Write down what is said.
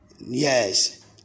Yes